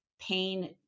pain